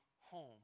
home